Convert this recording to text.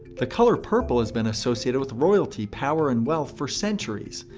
the color purple has been associated with royalty power and wealth for centuries.